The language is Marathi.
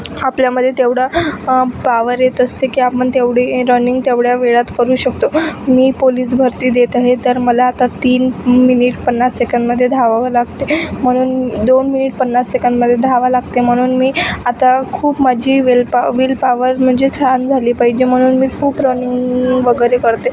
आपल्यामध्ये तेवढा पावर येत असते की आपण तेवढे रनिंग तेवढ्या वेळात करू शकतो मी पोलीस भरती देत आहे तर मला आता तीन मिनिट पन्नास सेकंदमध्ये धावावं लागते म्हणून दोन मिनिट पन्नास सेकंदमध्ये धावावं लागते म्हणून मी आत्ता खूप माझी विलपा विलपावर म्हणजे छान झाली पाहिजे म्हणून मी खूप रनिंग वगैरे करते